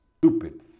Stupid